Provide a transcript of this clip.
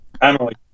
Emily